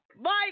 Mike